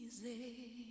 easy